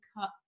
cut